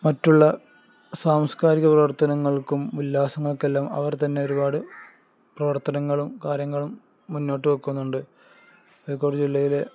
മറ്റുള്ള സാംസ്കാരിക പ്രവർത്തനങ്ങൾക്കും ഉല്ലാസങ്ങൾക്കെല്ലാം അവർ തന്നെ ഒരുപാട് പ്രവർത്തനങ്ങളും കാര്യങ്ങളും മുന്നോട്ട് വയ്ക്കുന്നുണ്ട് കോഴിക്കോട് ജില്ലയിലെ